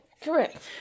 Correct